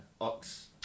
Ox